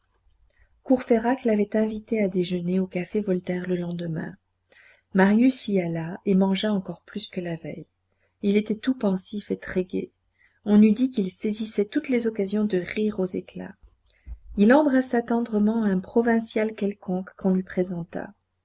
courfeyrac l'avait invité à déjeuner au café voltaire le lendemain marius y alla et mangea encore plus que la veille il était tout pensif et très gai on eût dit qu'il saisissait toutes les occasions de rire aux éclats il embrassa tendrement un provincial quelconque qu'on lui présenta